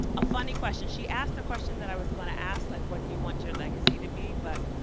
a funny question she asked a question that i was going to ask, like what do you want your legacy to be? but,